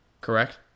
Correct